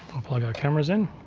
i'll plug our cameras in.